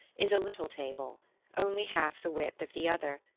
is a little table only half the width of the other,